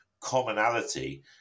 Commonality